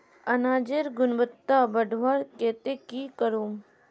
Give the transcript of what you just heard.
अनाजेर गुणवत्ता बढ़वार केते की करूम?